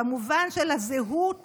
במובן של הזהות